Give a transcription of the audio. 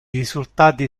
risultati